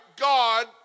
God